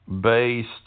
based